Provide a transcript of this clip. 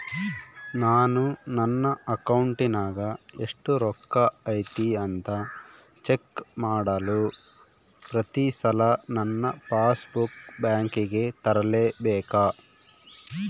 ನಾನು ನನ್ನ ಅಕೌಂಟಿನಾಗ ಎಷ್ಟು ರೊಕ್ಕ ಐತಿ ಅಂತಾ ಚೆಕ್ ಮಾಡಲು ಪ್ರತಿ ಸಲ ನನ್ನ ಪಾಸ್ ಬುಕ್ ಬ್ಯಾಂಕಿಗೆ ತರಲೆಬೇಕಾ?